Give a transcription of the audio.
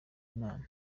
imana